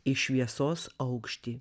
į šviesos aukštį